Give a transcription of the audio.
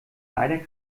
leider